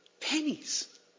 Pennies